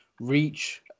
Reach